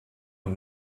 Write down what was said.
und